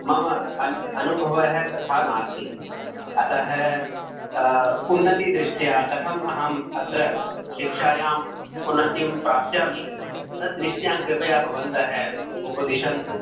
मम अनु अनुभवः तथा नास्ति अतः उन्नतिदृष्ट्या कथं अहं अत्र शिक्षायां उन्नतिं प्राप्स्यामि तद्दृष्ट्या कृपया भवन्तः उपदिशन्तु